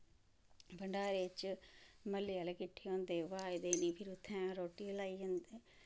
भण्डारे च म्हल्ले आह्ले कट्ठे होंदे अवाज देनी फिर उत्थें रोट्टी खलाई जंदी